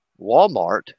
Walmart